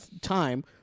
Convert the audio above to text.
time